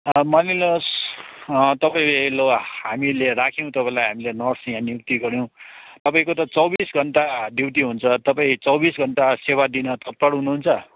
मानिलिनुस् तपाईँ लौ हामीले राख्यौँ तपाईँलाई नर्स यहाँ नियुक्ति गऱ्यौँ तपाईँको त चौबिस घन्टा ड्युटी हुन्छ तपाईँ चौबिस घन्टा सेवा दिन तत्पर हुनुहुन्छ